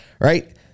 Right